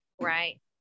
Right